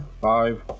five